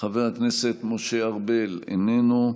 חבר הכנסת משה ארבל, איננו,